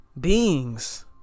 beings